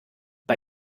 bei